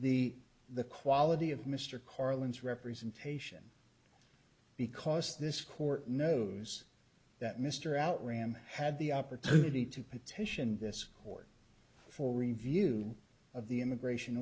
the the quality of mr carlin's representation because this court knows that mr outram had the opportunity to petition this court for review of the immigration